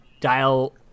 dial